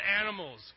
animals